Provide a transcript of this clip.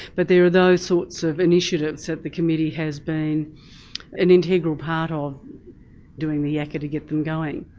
but there are those sorts of initiatives that the committee has been an integral part of doing the yakka to get them going.